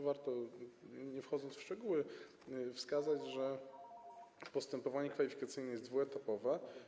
Warto, nie wchodząc w szczegóły, wskazać, że postępowanie kwalifikacyjne jest dwuetapowe.